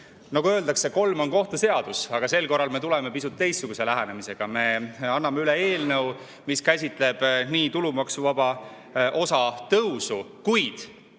Nagu öeldakse, kolm on kohtu seadus. Aga sel korral me tuleme pisut teistsuguse lähenemisega. Me anname üle eelnõu, mis käsitleb nii tulumaksuvaba osa tõusu, kuid